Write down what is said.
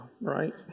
right